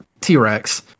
T-Rex